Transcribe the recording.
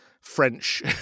French